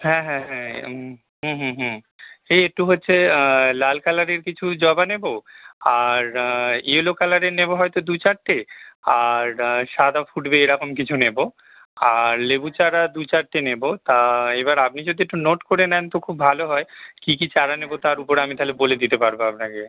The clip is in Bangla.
হ্যাঁ হ্যাঁ হুম হুম হুম এই এটটু হচ্ছে লাল কালারের কিছু জবা নেবো আর ইওলো কালারের নেবো হয়তো দু চারটে আর সাদা ফুটবে এরম কিছু নেবো আর লেবু চারা দু চারটে নেবো তা এবার আপনি যদি একটু নোট করে নেন তো খুব ভালো হয় কী কী চারা নেবো তার উপরে আমি তাহলে বলে দিতে পারবো আপনাকে